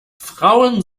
frauen